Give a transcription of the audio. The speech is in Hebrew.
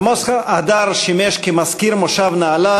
עמוס הדר שימש כמזכיר המושב נהלל,